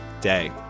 day